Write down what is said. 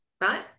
right